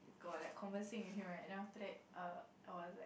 go on like conversing with him right then after that err I was like